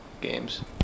games